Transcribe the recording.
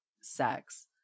sex